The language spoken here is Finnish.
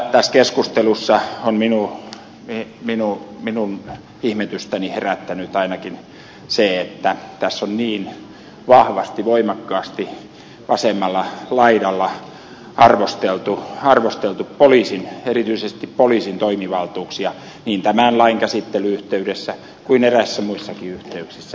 tässä keskustelussa on minun ihmetystäni herättänyt ainakin se että on niin vahvasti voimakkaasti vasemmalla laidalla arvosteltu erityisesti poliisin toimivaltuuksia niin tämän lain käsittelyn yhteydessä kuin eräissä muissakin yhteyksissä jo aiemmin